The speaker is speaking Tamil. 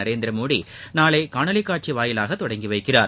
நரேந்திரமோடி நாளை காணொலி காட்சி வாயிலாக தொடங்கி வைக்கிறார்